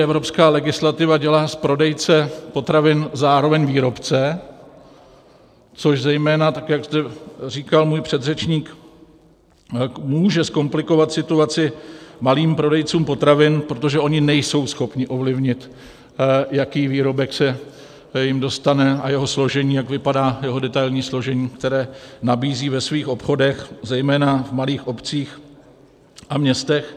Evropská legislativa dělá z prodejce potravin zároveň výrobce, což zejména, tak jak zde říkal můj předřečník, může zkomplikovat situaci malým prodejcům potravin, protože oni nejsou schopni ovlivnit, jaký výrobek se jim dostane a jak vypadá jeho detailní složení, které nabízejí ve svých obchodech, zejména v malých obcích a městech.